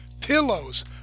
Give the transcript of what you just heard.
pillows